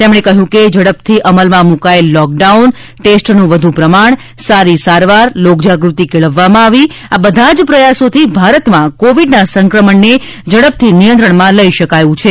તેમણે કહ્યું કે ઝડપથી અમલમાં મૂકાયેલ લોકડાઉન ટેસ્ટનું વધુ પ્રમાણ સારી સારવાર લોકજાગૃતિ કેળવવામાં આવી આ બધાજ પ્રયાસોથી ભારતમાં કોવિડના સંક્રમણને ઝડપથી નિયંત્રણમાં લઇ શકાયું છે